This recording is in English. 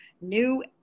new